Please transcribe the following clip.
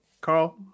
Carl